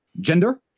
gender